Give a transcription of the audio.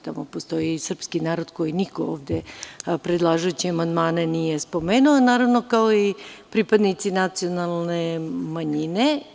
Tamo postoji i srpski narod koji niko ovde predlažući amandmane nije ni spomenuo, naravno, kao i pripadnici nacionalne manjine.